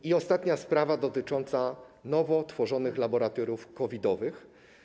I ostatnia sprawa, dotycząca nowo tworzonych laboratoriów COVID-owych.